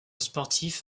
sportif